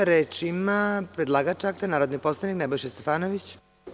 Reč ima predlagač akta, narodni poslanik Nebojša Stefanović.